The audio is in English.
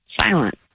silent